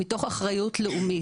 מתוך אחריות לאומית.